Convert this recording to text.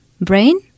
Brain